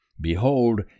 Behold